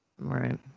Right